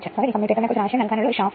ട്രാൻസ്ഫോർമറിന് 100 KVA യാണ് മൂല്യം